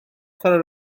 chwarae